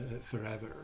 forever